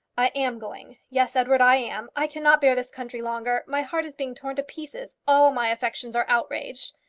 i am going. yes, edouard, i am. i cannot bear this country longer. my heart is being torn to pieces. all my affections are outraged.